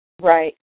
Right